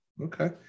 Okay